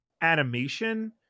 animation